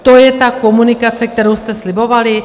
To je ta komunikace, kterou jste slibovali?